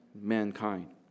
mankind